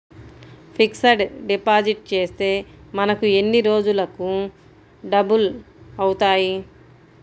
Fixed deposit చేస్తే మనకు ఎన్ని రోజులకు డబల్ అవుతాయి?